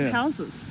houses